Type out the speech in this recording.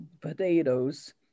potatoes